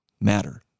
matter